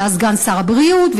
שהיה סגן שר הבריאות,